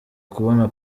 kubona